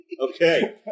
Okay